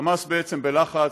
חמאס בעצם בלחץ,